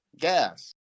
gas